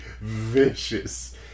vicious